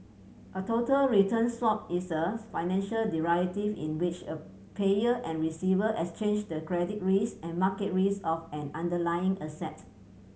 a total return swap is a financial derivative in which a payer and receiver exchange the credit risk and market risk of an underlying asset